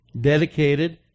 dedicated